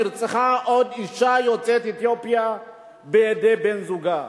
נרצחה עוד אשה יוצאת אתיופיה בידי בן-זוגה.